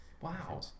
Wow